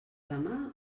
demà